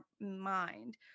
mind